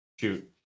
shoot